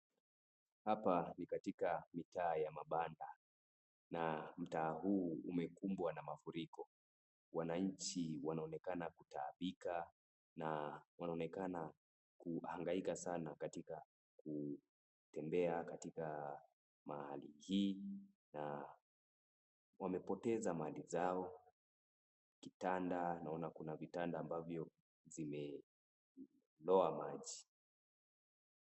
Hapa ni katika mitaa ya mabanda, na mtaa huu umekumbwa na mafuriko. Wananchi wanaonekana kutaabika na wanaonekana kuhangaika sanaa katika kutembea katika mahali hii na wamepoteza mali zao, kitanda. Naona kuna kitanda ambazo zimeloa maji.